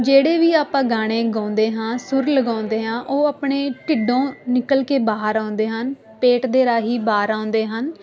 ਜਿਹੜੇ ਵੀ ਆਪਾਂ ਗਾਣੇ ਗਾਉਂਦੇ ਹਾਂ ਸੁਰ ਲਗਾਉਂਦੇ ਹਾਂ ਉਹ ਆਪਣੇ ਢਿੱਡੋਂ ਨਿਕਲ ਕੇ ਬਾਹਰ ਆਉਂਦੇ ਹਨ ਪੇਟ ਦੇ ਰਾਹੀਂ ਬਾਹਰ ਆਉਂਦੇ ਹਨ